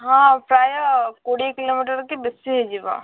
ହଁ ପ୍ରାୟ କୋଡି଼ଏ କିଲୋମିଟର କି ବେଶି ହେଇଯିବ